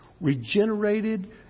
regenerated